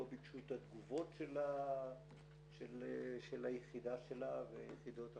לא ביקשו את התגובות של היחידה שלה ויחידות אחרות.